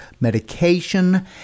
medication